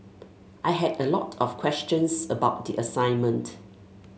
I had a lot of questions about the assignment